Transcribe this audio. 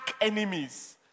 enemies